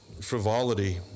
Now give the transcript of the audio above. frivolity